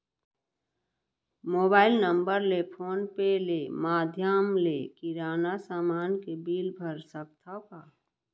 Mobile number ले phone पे ले माधयम ले किराना समान के बिल भर सकथव का?